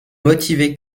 motivé